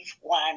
one